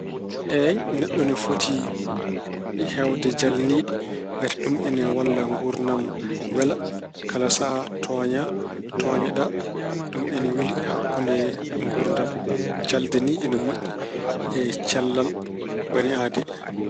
Eey, neɗɗo ina foti heewde jalniiɗi. Ngati ɗum ine walla nguurdam wela. Kala sahaa tooña, tooñeɗaa. Ɗum ina weli hakkunde nguurdam. Jalde ni ina moƴƴi e cellal bani aadee.